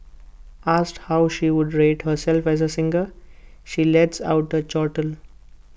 asked how she would rate herself as A singer she lets out A chortle